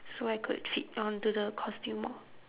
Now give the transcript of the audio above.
so I could fit onto the costume more